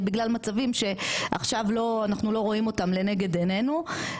בגלל מצבים שעכשיו אנחנו לא רואים אותם לנגד עינינו.